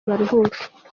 baruhuke